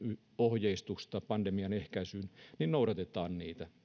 ohjeistusta pandemian ehkäisyyn niin noudatetaan niitä